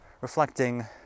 reflecting